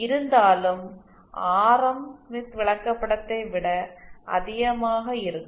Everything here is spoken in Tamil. இருந்தாலும் ஆரம் ஸ்மித் விளக்கப்படத்தை விட அதிகமாக இருக்கும்